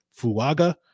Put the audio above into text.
Fuaga